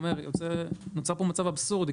כמו שנאמר כאן, נוצר כאן מצב אבסורדי.